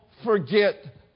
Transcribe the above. forget